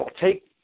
take